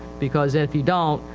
because if you donit,